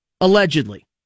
Allegedly